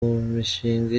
mishinga